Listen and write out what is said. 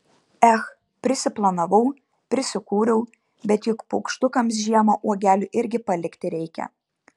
ech prisiplanavau prisikūriau bet juk paukštukams žiemą uogelių irgi palikti reikia